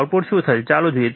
output શું છે ચાલો જોઈએ